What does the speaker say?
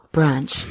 Brunch